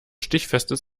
stichfestes